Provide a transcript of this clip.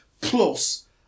Plus